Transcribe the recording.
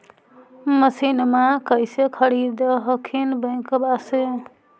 मसिनमा कैसे खरीदे हखिन बैंकबा से?